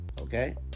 Okay